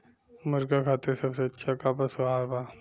मुर्गा खातिर सबसे अच्छा का पशु आहार बा?